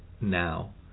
now